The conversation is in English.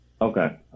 Okay